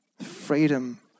freedom